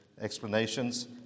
explanations